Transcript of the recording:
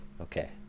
Okay